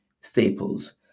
staples